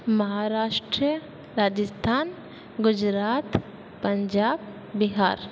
Maharashtra Rajasthan Gujarat Punjab Bihar